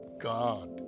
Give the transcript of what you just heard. God